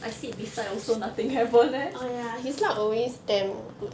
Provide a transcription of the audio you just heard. I sit beside also nothing happen eh